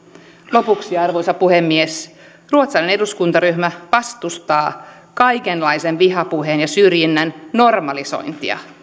lopuksi arvoisa puhemies ruotsalainen eduskuntaryhmä vastustaa kaikenlaisen vihapuheen ja syrjinnän normalisointia